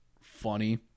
funny